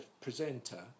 presenter